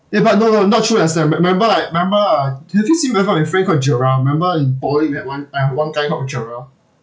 ya but no no not true lester remember like remember uh do you still remember one of your friend called joel remember in poly that one uh one guy called joel